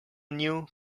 new